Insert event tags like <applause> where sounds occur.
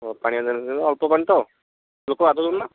<unintelligible> ଅଳ୍ପ ପାଣି ତ ଲୋକ ଗାଧୋଉଛନ୍ତି ନା